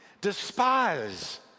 despise